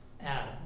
Adam